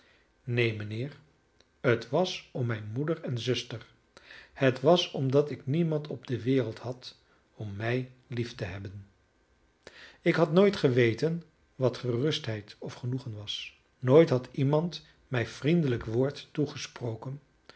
neen mijnheer het was om mijn moeder en zuster het was omdat ik niemand op de wereld had om mij lief te hebben ik had nooit geweten wat gerustheid of genoegen was nooit had iemand mij vriendelijk woord toegesproken